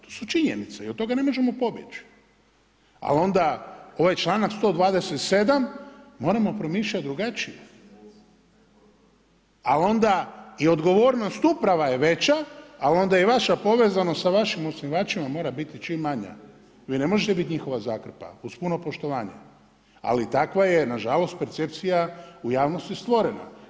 To su činjenice i od toga ne možemo pobjeć, ali onda ovaj članak 127. moramo promišljat drugačije, a onda i odgovornost uprava je veća, a onda i vaša povezanost sa vašim osnivačima mora biti čim manja, vi ne možete biti njihova zakrpa, uz puno poštovanje, ali takva je nažalost percepcija u javnosti stvorena.